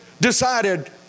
decided